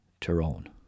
Tyrone